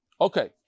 Okay